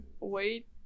wait